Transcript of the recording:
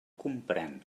comprén